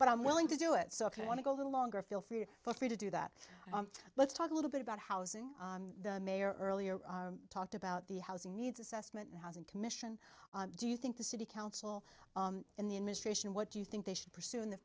but i'm willing to do it so i want to go a little longer feel for you feel free to do that let's talk a little bit about housing the mayor earlier talked about the housing needs assessment and housing commission do you think the city council in the administration what do you think they should pursue in the